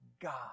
God